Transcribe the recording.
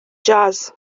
jazz